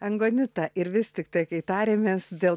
angonita ir vis tiktai kai tarėmės dėl